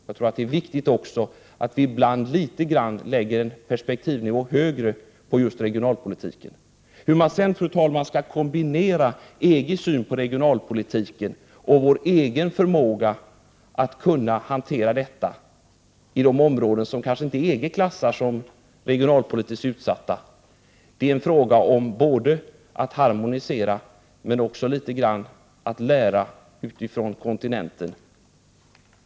Jag tror att det är viktigt att vi ibland lägger en högre perspektivnivå på just regionalpolitiken. Hur man sedan, fru talman, skall kombinera EG:s syn på regionalpolitiken med vår egen förmåga att hantera detta i de områden som EG kanske inte klassar som regionalpolitiskt utsatta är en fråga om att harmonisera men också om att lära av kontinenten.